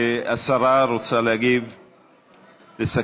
שרת המשפטים רוצה להגיב, לסכם?